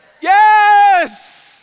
Yes